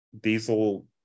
diesel